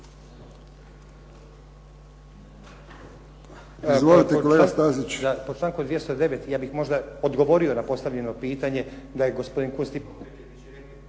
**Stazić, Nenad (SDP)** Po članku 209. ja bih možda odgovorio na postavljeno pitanje da je gospodin Kunst